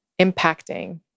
impacting